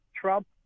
Trump